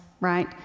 right